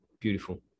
beautiful